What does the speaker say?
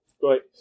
great